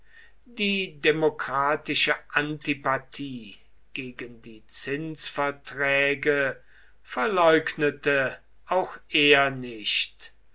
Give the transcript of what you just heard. die demokratische antipathie gegen die zinsverträge verleugnete auch er nicht